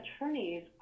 attorneys